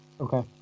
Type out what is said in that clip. Okay